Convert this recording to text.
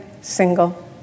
single